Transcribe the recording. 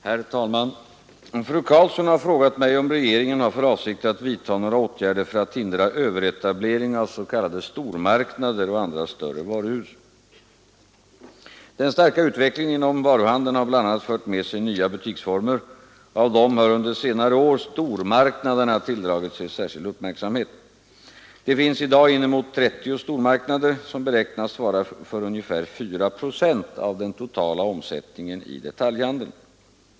Herr talman! Fru Karlsson har frågat mig om regeringen har för avsikt att vidta några åtgärder för att hindra överetablering av s.k. stormarknader och andra större varuhus. Den starka utvecklingen inom varuhandeln har bl.a. fört med sig nya butiksformer. Av dessa har under senare år stormarknaderna tilldragit sig särskild uppmärksamhet. Det finns i dag inemot 30 stormarknader, som beräknas svara för ungefär 4 procent av den totala omsättningen i detaljhandeln.